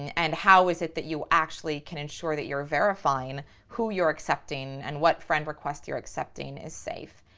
and how is it that you actually can ensure that you're verifying who you're accepting and what friend request you're accepting is safe?